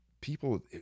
people